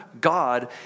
God